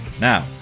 Now